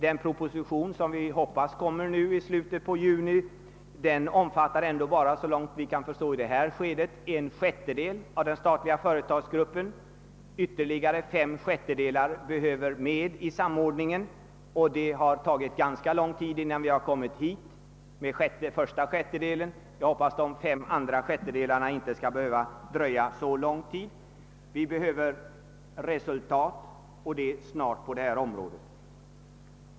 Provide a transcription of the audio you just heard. Den proposition som vi hoppas skall komma i slutet av juni avser bara, så långt vi kan förstå, i detta skede en sjättedel av den statliga företagsgruppen. Ytterligare fem sjättedelar behöver tas med i samordningen. Det har tagit ganska lång tid med den första sjättedelen och jag hoppas att de fem återstående sjättedelarna inte skall behöva dröja så länge, ty vi behöver snabba resultat på detta område.